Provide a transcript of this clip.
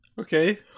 Okay